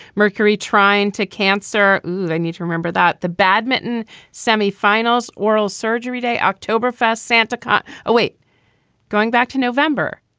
mercury trying to cancer i need to remember that the badminton semifinals oral surgery day october fast santacon away going back to november.